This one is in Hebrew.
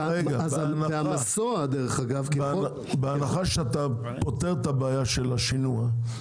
בהנחה שאתה פותר את הבעיה של השינוע?